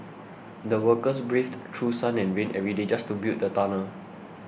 the workers braved through sun and rain every day just to build the tunnel